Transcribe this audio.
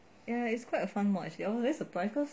ya ya it's quite fun mod actually I was very surprised cause